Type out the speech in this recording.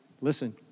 Listen